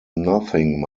nothing